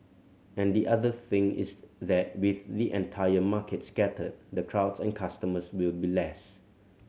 and the other thing is that with the entire market scattered the crowds and customers will be less